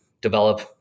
develop